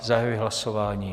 Zahajuji hlasování.